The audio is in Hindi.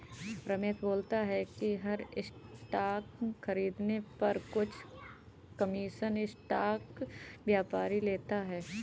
रमेश बोलता है कि हर स्टॉक खरीदने पर कुछ कमीशन स्टॉक व्यापारी लेता है